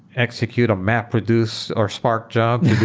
execute a mapreduce or spark job